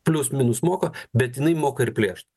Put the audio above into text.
plius minus moka bet jinai moka ir plėšt